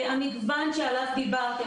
המגוון שעליו דיברתם,